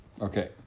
Okay